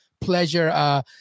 pleasure